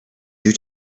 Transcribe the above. due